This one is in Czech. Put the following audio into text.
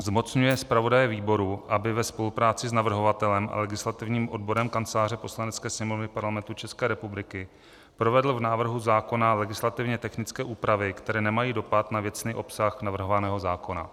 Zmocňuje zpravodaje výboru, aby ve spolupráci s navrhovatelem a legislativním odborem Kanceláře Poslanecké sněmovny Parlamentu ČR provedl v návrhu zákona legislativně technické úpravy, které nemají dopad na věcný obsah navrhovaného zákona.